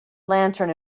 lantern